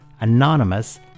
Anonymous